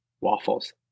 waffles